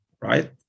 right